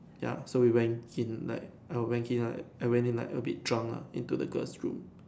ya so we went in like I went in like I went in like a bit drunk into the girls room